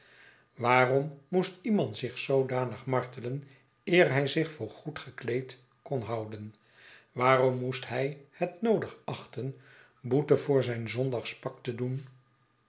waarom moest iemand zich zoodanig martelen eer hij zich voor goed gekleed kon houden waarom moest hij het noodig achten boete voor zijn zondagspak te doen